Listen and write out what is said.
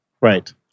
Right